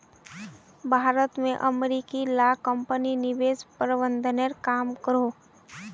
भारत में अमेरिकी ला कम्पनी निवेश प्रबंधनेर काम करोह